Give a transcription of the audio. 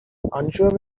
unsure